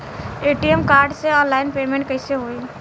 ATM card से online payment कैसे होई?